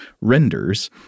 renders